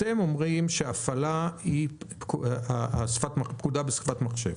אתם אומרים שהפעלה היא פקודה בשפת מחשב,